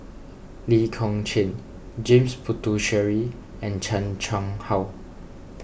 Lee Kong Chian James Puthucheary and Chan Chang How